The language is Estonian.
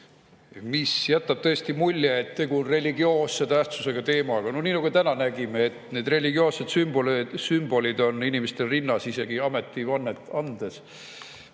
see jätab tõesti mulje, et tegu on religioosse tähtsusega teemaga. No nagu me täna nägime, need religioossed sümbolid on inimestel rinnas isegi ametivannet andes.